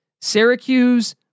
Syracuse